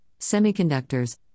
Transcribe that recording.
Semiconductors